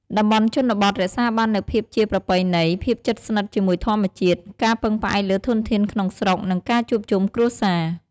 តំបន់ជនបទរក្សាបាននូវភាពជាប្រពៃណី ភាពជិតស្និទ្ធជាមួយធម្មជាតិ ការពឹងផ្អែកលើធនធានក្នុងស្រុក និងការជួបជុំគ្រួសារ។